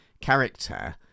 character